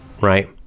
Right